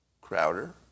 Crowder